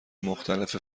مختلف